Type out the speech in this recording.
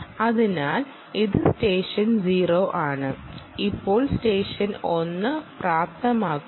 അതിനാൽ ഇത് സ്റ്റേഷൻ 0 ആണ് ഇപ്പോൾ സ്റ്റേഷൻ 1 പ്രാപ്തമാക്കുന്നു